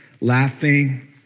laughing